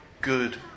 good